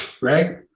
right